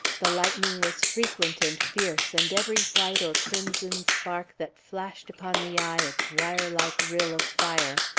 the lightning was frequent and fierce, and every white or crimson spark that flashed upon the eye its wire-like rill of fire,